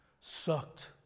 sucked